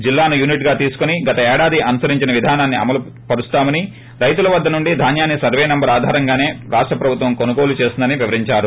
జిల్లాను యూనిట్ గా తీసుకుని గత ఏడాది అనుసరించి విధానాన్ని అమలుపరుస్తామని రైతుల వద్ద నుండి ధాన్యాన్ని సర్వే నంబర్ ఆధారంగాసే రాష్ట ప్రభుత్వం కొనుగోలు చేస్తుందని వివరించారు